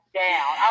down